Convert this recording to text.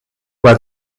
where